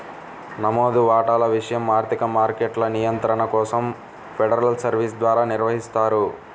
నమోదు వాటాల విషయం ఆర్థిక మార్కెట్ల నియంత్రణ కోసం ఫెడరల్ సర్వీస్ ద్వారా నిర్వహిస్తారు